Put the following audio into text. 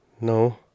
no